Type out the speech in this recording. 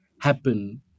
happen